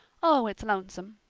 oh it's lonesome!